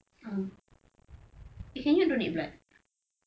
uh eh can you donate blood